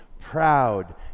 proud